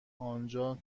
آنجا